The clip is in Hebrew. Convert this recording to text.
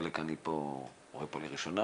חלק אני רואה פה לראשונה,